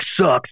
sucks